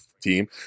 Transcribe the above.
team